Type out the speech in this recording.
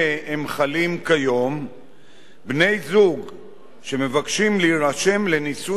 בני-זוג שמבקשים להירשם לנישואין יכולים לעשות זאת